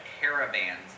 caravans